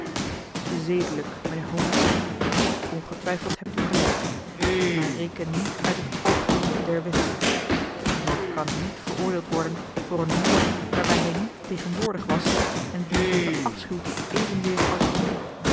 zedelijk mijnheer holmes ongetwijfeld hebt u gelijk maar reken niet uit het oogpunt der wet iemand kan niet veroordeeld worden voor een moord waarbij hij niet tegenwoordig was en dien hij verafschuwt evenzeer als u